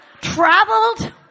Traveled